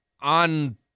on